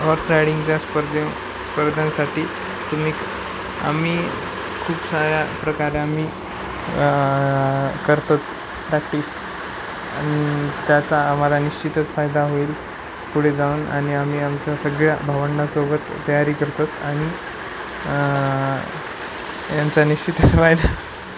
horse रायडिंगच्या स्पर्धे स्पर्धांसाठी तुम्ही आम्ही खूप साऱ्या प्रकारे आम्ही करतात प्रॅक्टिस त्याचा आम्हाला निश्चितच फायदा होईल पुढे जाऊन आणि आम्ही आमच्या सगळ्या भावंडासोबत तयारी करतात आणि यांचा निश्चितच फायदा